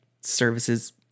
Services